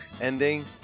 ending